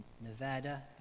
Nevada